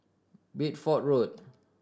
Bideford Road